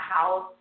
house